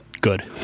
good